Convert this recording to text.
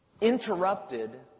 interrupted